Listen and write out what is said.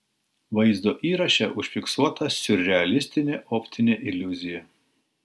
vaizdo įraše užfiksuota siurrealistinė optinė iliuzija